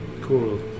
Cool